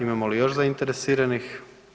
Imamo li još zainteresiranih?